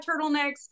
turtlenecks